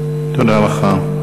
תודה לך.